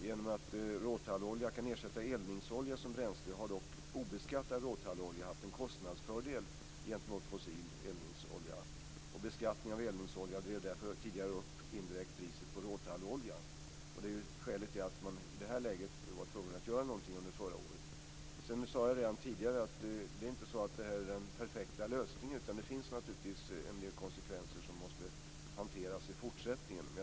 Genom att råtallolja kan ersätta eldningsolja som bränsle har dock obeskattad råtallolja haft en kostnadsfördel gentemot fossil eldningsolja. Beskattning av eldningsolja drev därför tidigare indirekt upp priset på råtalloljan. Det var skälet till att man i det läget förra året var tvungen att göra någonting. Jag sade redan tidigare att det här inte är den perfekta lösningen, utan det finns en del konsekvenser som måste hanteras i fortsättningen.